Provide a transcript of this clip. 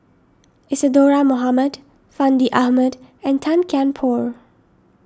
Isadhora Mohamed Fandi Ahmad and Tan Kian Por